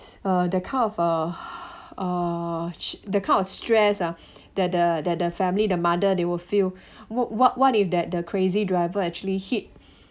uh the kind of uh uh the kind of stress ah that the that the family the mother they will feel what what what if that the crazy driver actually hit